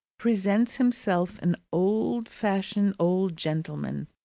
presents himself an old-fashioned old gentleman,